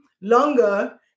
longer